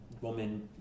woman